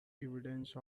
evidence